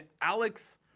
Alex